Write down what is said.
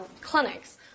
Clinics